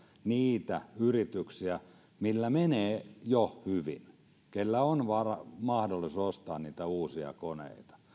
niitä yrityksiä joilla menee jo hyvin joilla on mahdollisuus ostaa niitä uusia koneita